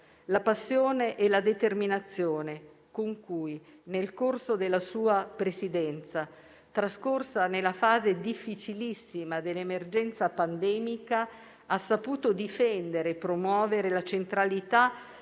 la passione e la determinazione con cui nel corso della sua Presidenza, trascorsa nella fase difficilissima dell'emergenza pandemica, ha saputo difendere e promuovere la centralità